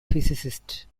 physicist